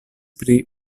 pri